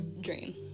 dream